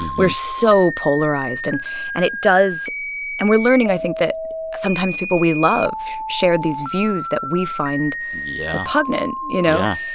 we're so polarized. and and it does and we're learning, i think, that sometimes people we love share these views that we find yeah repugnant, you know?